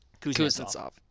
Kuznetsov